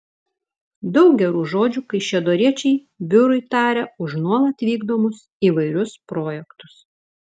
daug gerų žodžių kaišiadoriečiai biurui taria už nuolat vykdomus įvairius projektus